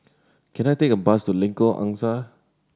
can I take a bus to Lengkok Angsa